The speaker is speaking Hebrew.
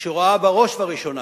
שרואה בראש ובראשונה